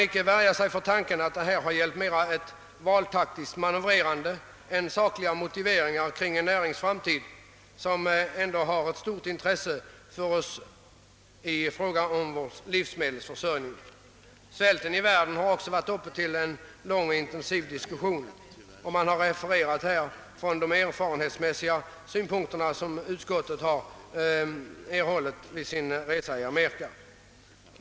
Samtidigt som högsta bidragsbeloppet höjs från 8 000 till 100 000 begränsas bidragsgivningen till större kapitalkrävande investeringar. Jag anser att man liksom hittills bör bevilja bidrag även till begränsade förbättringsåtgärder eller till nyinvesteringar i ekonomibyggnader i det vanliga familjejordbruket. Vi vet i dag inte med säkerhet vilken storlek som ur ekonomisk synpunkt är den mest lönsamma.